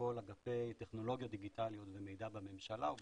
כל אגפי טכנולוגיה דיגיטליות ומידע בממשלה והיא